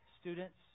students